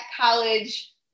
college